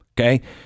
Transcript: okay